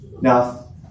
Now